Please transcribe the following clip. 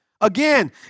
Again